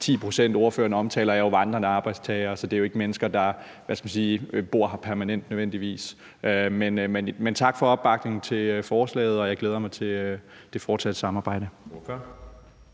10 pct., ordføreren omtaler, er jo vandrende arbejdstagere, så det er jo ikke mennesker, der, hvad skal man sige, nødvendigvis bor her permanent. Men tak for opbakningen til forslaget, og jeg glæder mig til det fortsatte samarbejde.